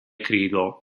krídlo